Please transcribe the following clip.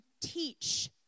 teach